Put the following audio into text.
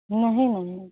नहीं नहीं